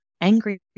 angry